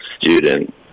student